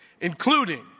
including